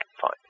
Fine